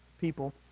people